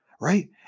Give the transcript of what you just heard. right